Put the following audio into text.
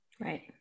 Right